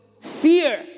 Fear